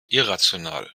irrational